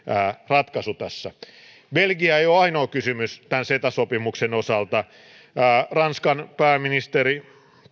ratkaisu tässä belgia ei ole ainoa kysymys tämän ceta sopimuksen osalta ranskan pääministeri edouard philippe